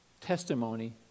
testimony